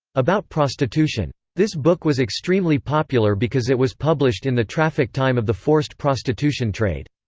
about prostitution. this book was extremely popular because it was published in the traffic time of the forced prostitution trade.